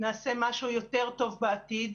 נעשה משהו יותר טוב בעתיד.